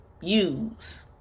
use